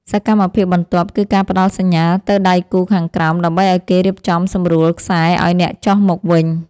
សកម្មភាពបន្ទាប់ គឺការផ្ដល់សញ្ញាទៅដៃគូខាងក្រោម ដើម្បីឱ្យគេរៀបចំសម្រួលខ្សែឱ្យអ្នកចុះមកវិញ។